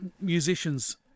musicians